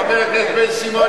חבר הכנסת בן-סימון,